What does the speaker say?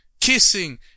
kissing